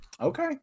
Okay